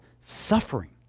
suffering